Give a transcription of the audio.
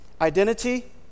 Identity